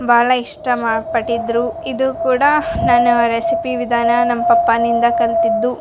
ಭಾಳ ಇಷ್ಟವ ಪಟ್ಟಿದ್ದರು ಇದು ಕೂಡ ನನ್ನ ರೆಸಿಪಿ ವಿಧಾನ ನನ್ನ ಪಪ್ಪಾನಿಂದ ಕಲ್ತಿದ್ದು